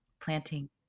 planting